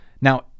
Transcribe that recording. Now